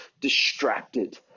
distracted